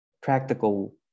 practical